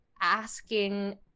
asking